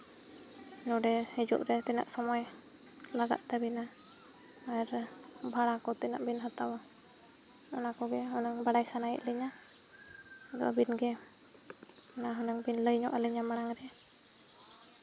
ᱱᱚᱰᱮ ᱦᱤᱡᱩᱜ ᱨᱮ ᱛᱤᱱᱟᱹᱜ ᱥᱚᱢᱚᱭ ᱞᱟᱜᱟᱜ ᱛᱟᱹᱵᱤᱱᱟ ᱟᱨ ᱵᱷᱟᱲᱟ ᱠᱚ ᱛᱤᱱᱟᱹᱜ ᱵᱤᱱ ᱦᱟᱛᱟᱣᱟ ᱚᱱᱟ ᱠᱚᱜᱮ ᱚᱱᱟ ᱵᱟᱲᱟᱭ ᱥᱟᱱᱟᱭᱮᱫ ᱞᱤᱧᱟᱹ ᱟᱫᱚ ᱟᱹᱵᱤᱱ ᱜᱮ ᱚᱱᱟ ᱦᱩᱱᱟᱹᱝ ᱵᱤᱱ ᱞᱟᱹᱭ ᱧᱚᱜ ᱟᱹᱞᱤᱧᱟᱹ ᱢᱟᱲᱟᱝ ᱨᱮ